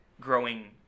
growing